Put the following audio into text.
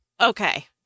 Okay